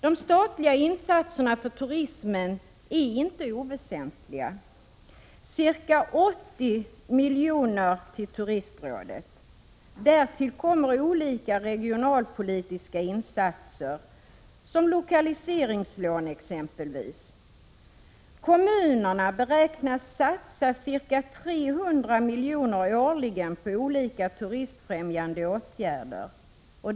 De statliga insatserna för turismen är inte oväsentliga: ca 80 miljoner ges till Turistrådet, och därtill kommer olika regionalpolitiska insatser som lokaliseringslån. Kommunerna beräknas satsa ca 300 miljoner årligen på olika turistfrämjande åtgärder.